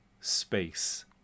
space